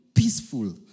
Peaceful